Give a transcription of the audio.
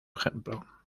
ejemplo